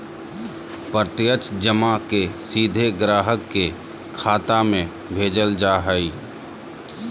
प्रत्यक्ष जमा के सीधे ग्राहक के खाता में भेजल जा हइ